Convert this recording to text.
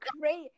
great